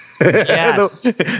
Yes